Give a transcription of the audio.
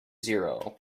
zero